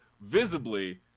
visibly